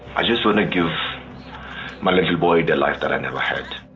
i just want to give my little boy the life that i never had.